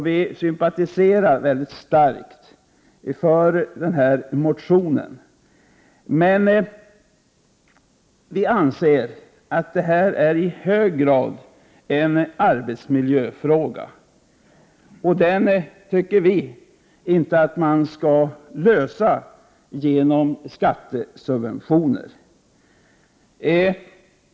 Vi sympatiserar mycket starkt med motionen men anser att det här i hög grad rör sig om en arbetsmiljöfråga. Enligt vår mening bör denna inte lösas med hjälp av skattesubventioner.